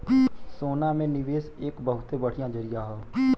सोना में निवेस एक बहुते बढ़िया जरीया हौ